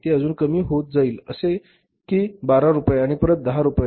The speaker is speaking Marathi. ती अजून कमी होत जाईल जसे कि १२ रुपये आणि परत १० रुपये